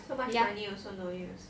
so much money also no use